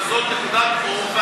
אבל זאת נקודת אור,